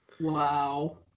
Wow